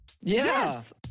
Yes